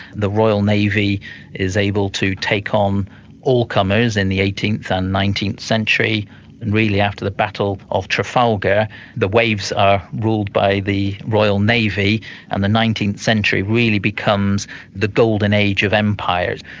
the royal navy is able to take on um all comers in the eighteenth and nineteenth century and really after the battle of trafalgar the waves are ruled by the royal navy and the nineteenth century really becomes the golden age of empire.